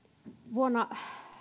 vuonna